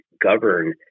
govern